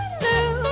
blue